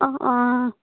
অঁ অঁ